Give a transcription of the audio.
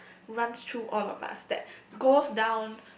runs through all of us that goes down